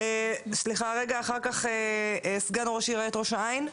אחר כך סגן עיריית ראש העין,